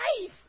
life